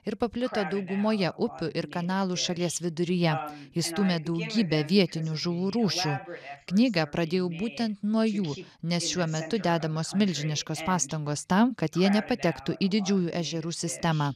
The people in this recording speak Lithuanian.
ir paplito daugumoje upių ir kanalų šalies viduryje išstūmė daugybę vietinių žuvų rūšių knygą pradėjau būtent nuo jų nes šiuo metu dedamos milžiniškos pastangos tam kad jie nepatektų į didžiųjų ežerų sistemą